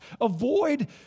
Avoid